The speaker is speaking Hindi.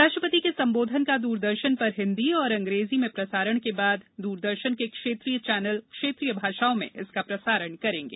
राष्ट्रपति के संबोधन का दूरदर्शन पर हिन्दी और अंग्रेजी में प्रसारण के बाद दूरदर्शन के क्षेत्रीय चैनल क्षेत्रीय भाषाओं में इसका प्रसारण करेंगे